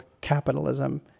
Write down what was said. capitalism